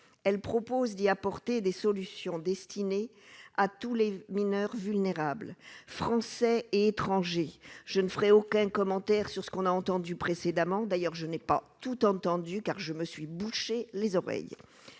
elle propose d'y apporter des solutions destinées à tous les mineurs vulnérables, français et étrangers, je ne ferai aucun commentaire sur ce qu'on a entendu précédemment, d'ailleurs je n'ai pas tout entendu car je me suis boucher les oreilles,